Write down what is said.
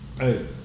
Hey